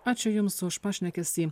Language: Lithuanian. ačiū jums už pašnekesį